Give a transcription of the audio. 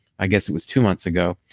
i guess it was two months ago,